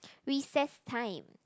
recess time